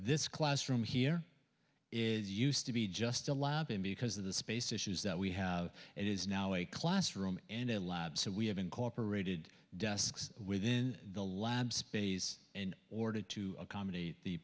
this classroom here is used to be just a lab and because of the space issues that we have it is now a classroom in a lab so we have incorporated desks within the lab space in order to accommodate the